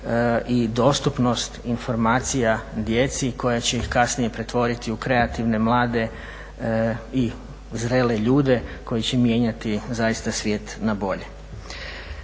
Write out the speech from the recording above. i dostupnost informacija djeci koja će ih kasnije pretvoriti u kreativne mlade i zrele ljude koji će mijenjati zaista svijet na bolje.